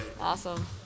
awesome